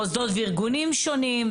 מוסדות וארגונים שונים,